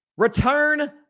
Return